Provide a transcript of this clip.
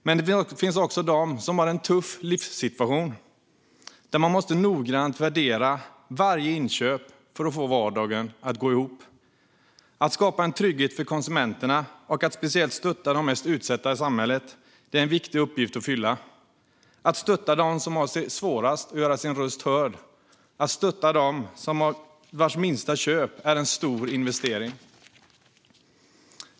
Men det finns också de som har en tuff livssituation och som måste noggrant värdera varje inköp för att få vardagen att gå ihop. Att skapa trygghet för konsumenterna och att speciellt stötta de mest utsatta i samhället är en viktig uppgift. Det handlar om att stötta dem som har det svårast att göra sin röst hörd och om att stötta dem vars minsta köp är en stor investering.